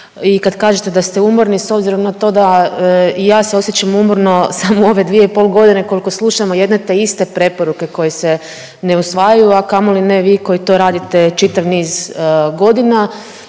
i kad kažete da ste umorno s obzirom na to da i ja se osjećam umorno samo u ove dvije i pol godine koliko slušamo jedne te iste preporuke koje se ne usvajaju, a kamoli ne vi koji to radite čitav niz godina.